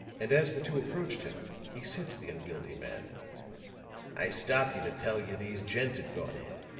and as the two approached him, he said to the unwieldy man i stopped you to tell you these gents had gone in.